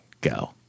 go